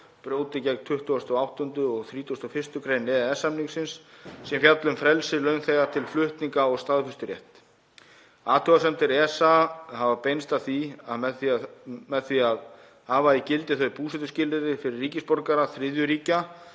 brjóti gegn 28. og 31. gr. EES-samningsins sem fjalla um frelsi launþega til flutninga og staðfesturétt. Athugasemdir ESA hafa beinst að því að með því að hafa í gildi búsetuskilyrði fyrir ríkisborgara þriðju ríkja